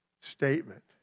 statement